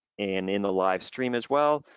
and in the live stream as well,